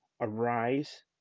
Arise